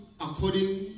according